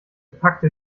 packte